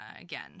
again